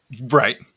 Right